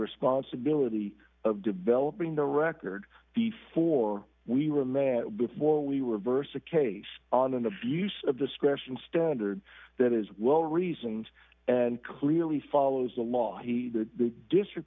responsibility of developing the record before we were met before we reverse a case on an abuse of discretion standard that is well reasoned and clearly follows the law he the district